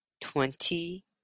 twenty